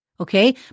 Okay